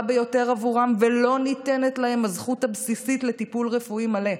ביותר בעבורם ולא ניתנת להם הזכות הבסיסית לטיפול רפואי מלא.